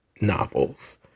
novels